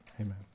amen